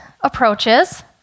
approaches